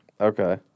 Okay